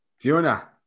Fiona